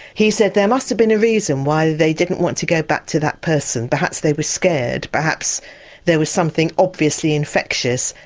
he said there must have been a reason why they didn't want to go back to that person, perhaps they were scared, perhaps there was something obviously infectious,